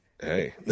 Hey